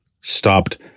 stopped